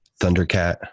Thundercat